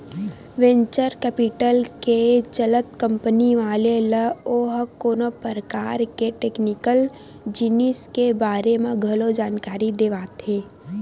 venture capital के चलत company वाले ल ओहा कोनो परकार के टेक्निकल जिनिस के बारे म घलो जानकारी देवाथे